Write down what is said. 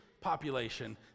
population